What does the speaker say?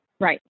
Right